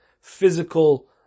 physical